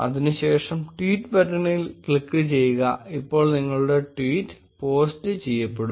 അതിനുശേഷം ട്വീറ്റ് ബട്ടണിൽ ക്ലിക്ക് ചെയ്യുക ഇപ്പോൾ നിങ്ങളുടെ ട്വീറ്റ് പോസ്റ്റ് ചെയ്യപ്പെടും